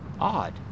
odd